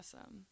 awesome